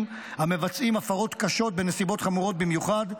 המבצעים הפרות קשות בנסיבות חמורות במיוחד,